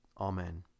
Amen